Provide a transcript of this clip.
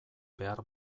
behar